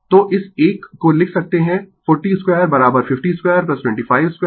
तो इस एक को लिख सकते है 40 स्क्वायर 50 स्क्वायर 25 स्क्वायर 25 से 25 cos थीटा